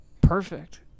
perfect